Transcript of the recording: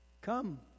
Come